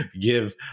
give